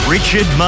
Richard